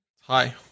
Hi